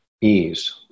ease